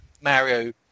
Mario